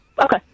okay